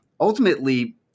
ultimately